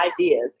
ideas